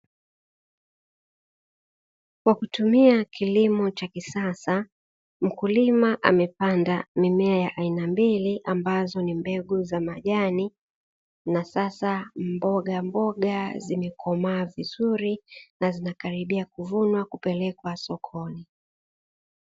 Kwa kutumia kilimo cha kisasa, mkulima amepanda mimea ya aina mbili ambazo ni mbegu za majani, na sasa mbogamboga zimekomaa vizuri na zinakaribia kuvunwa kupelekwa sokoni.